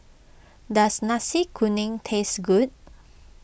does Nasi Kuning taste good